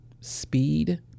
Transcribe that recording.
speed